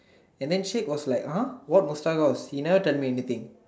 and then Sheikh was like !huh! what Mustak house he never tell me anything